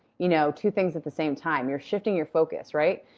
you know, two things at the same time. you're shifting your focus, right?